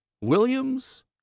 Williams